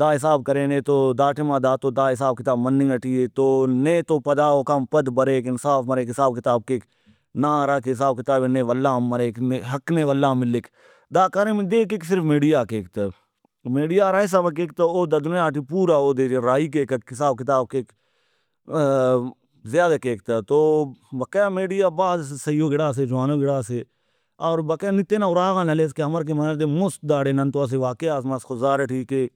دا حساب کرینے تو دا ٹائما دا تو دا حساب کتاب مننگ ٹی اے تو نیتو پدا اوکان بریک انصاف مریک حساب کتاب کیک نا ہراکہ حساب کتابے نے ولا ہم مریک نے حق نے ولا ہم ملک دا کاریمے دے کیک صرف میڈیا کیک تہ میڈیا ہرا حسابا کیک تہ او دا دنیا ٹی پورا اودے راہی کیکک حساب کتاب کیک زیادہ کیک تہ تو بقایا میڈیا بھاز سہی او گڑاسے جوانو گڑاسے اور بقایا نی تینا اُراغان ہلیس کہ اَمر کہ منہ دے مُست داڑے ننتو اسہ واقعہ ئس مس خضدار ٹی کہ